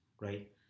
right